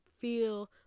feel